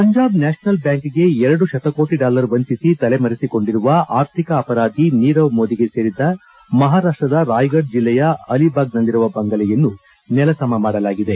Punjab National ಬ್ಯಾಂಕ್ಗೆ ಎರಡು ಶತಕೋಟಿ ಡಾಲರ್ ವಂಚಿಸಿ ತಲೆ ಮರೆಸಿಕೊಂಡಿರುವ ಆರ್ಥಿಕ ಅಪರಾಧಿ ನೀರವ್ ಮೋದಿಗೆ ಸೇರಿದ ಮಹಾರಾಷ್ಟದ ರಾಯ್ಗಢ್ ಜಿಲ್ಲೆಯ ಅಲಿಬಾಗ್ನಲ್ಲಿರುವ ಬಂಗಲೆಯನ್ನು ನೆಲಸಮ ಮಾಡಲಾಗಿದೆ